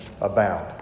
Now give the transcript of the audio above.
abound